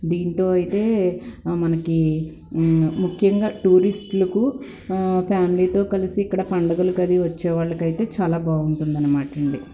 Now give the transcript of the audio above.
దీంతో అయితే మనకి ముఖ్యంగా టూరిస్టులకు ఫ్యామిలీతో కలిసి ఇక్కడ పండగలకదీ వచ్చేవాళ్ళకైతే చాలా బాగుంటుందనమాటండి